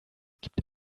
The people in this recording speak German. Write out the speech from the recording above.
gibt